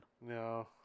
No